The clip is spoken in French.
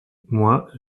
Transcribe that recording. moi